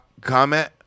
comment